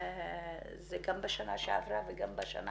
גם בשנה שעברה וגם בשנה